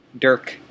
Dirk